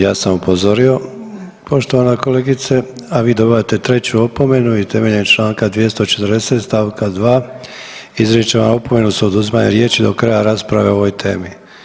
Ja sam upozorio poštovana kolegice, a vi dobivate treću opomenu i temeljem čl. 240. st. 2. izričem vam opomenu s oduzimanjem riječi do kraja rasprave o ovoj temi.